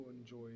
enjoy